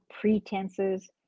pretenses